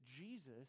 Jesus